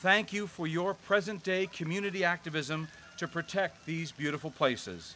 thank you for your present day community activism to protect these beautiful places